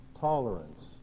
Tolerance